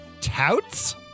touts